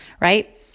right